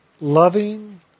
loving